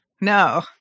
No